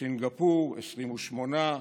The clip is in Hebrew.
סינגפור, 28,